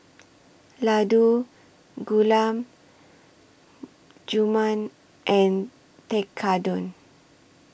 Ladoo Gulab Jamun and Tekkadon